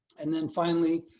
and then finally,